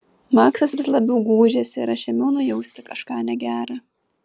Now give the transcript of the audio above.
maksas vis labiau gūžėsi ir aš ėmiau nujausti kažką negera